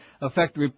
affect